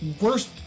worst